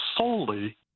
solely